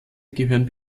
gehörten